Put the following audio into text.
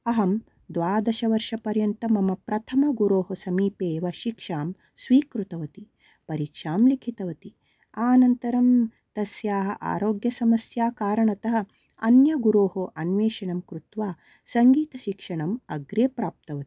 अहं द्वादशवर्षपर्यन्तं मम प्रथमगुरोः समीपे एव शिक्षां स्वीकृतवती परीक्षां लिखितवती अनन्तरं तस्याः आरोग्यसमस्या कारणतः अन्य गुरोः अन्वेषणं कृत्वा सङ्गीतशिक्षणम् अग्रे प्राप्तवती